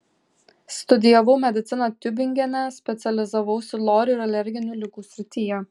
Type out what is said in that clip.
studijavau mediciną tiubingene specializavausi lor ir alerginių ligų srityje